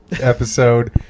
episode